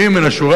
מן השורה,